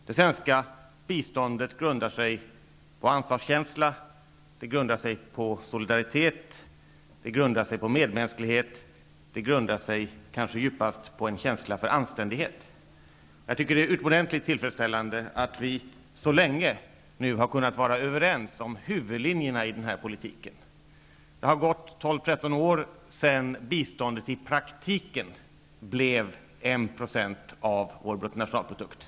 Det svenska biståndet grundar sig på ansvarskänsla, på solidaritet, på medmänsklighet och kanske djupast på en känsla för anständighet. Jag tycker att det är utomordentligt tillfredsställande att vi så länge har kunnat vara överens om huvudlinjerna i denna politik. Det har gått 12--13 år sedan biståndet i praktiken blev 1 % av vår bruttonationalprodukt.